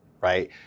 right